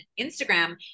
Instagram